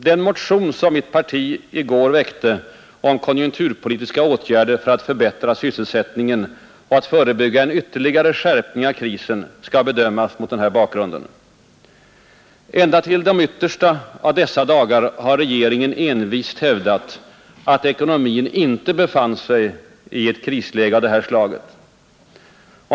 Den motion mitt parti i går väckte om konjunkturpolitiska åtgärder för att förbättra sysselsättningen och förebygga en ytterligare skärpning av krisen skall bedömas mot denna bakgrund. Ända till de yttersta av dessa dagar har regeringen envist hävdat, att ekonomin inte befann sig i ett krisläge av det här slaget.